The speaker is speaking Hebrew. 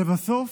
לבסוף,